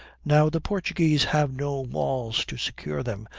now the portuguese have no walls to secure them,